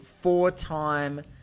four-time